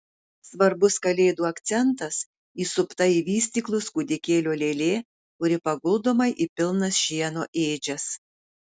svarbus kalėdų akcentas įsupta į vystyklus kūdikėlio lėlė kuri paguldoma į pilnas šieno ėdžias